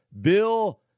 Bill